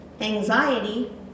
Anxiety